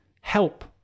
help